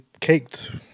caked